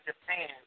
Japan